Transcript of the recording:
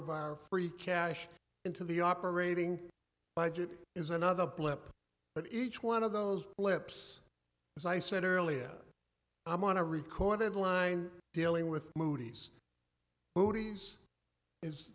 more free cash into the operating budget is another blip but each one of those lips as i said earlier i'm on a recorded line dealing with